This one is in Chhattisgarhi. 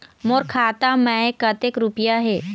मोर खाता मैं कतक रुपया हे?